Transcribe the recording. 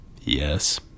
Yes